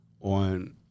on